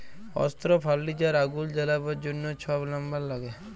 অস্ত্র, ফার্লিচার, আগুল জ্বালাবার জ্যনহ ছব লাম্বার ল্যাগে